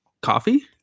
coffee